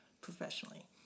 professionally